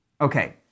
Okay